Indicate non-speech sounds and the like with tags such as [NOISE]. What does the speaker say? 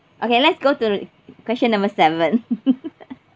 okay let's go to the question number seven [LAUGHS]